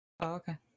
Okay